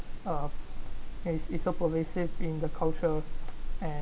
uh yes it's so pervasive in the cultural and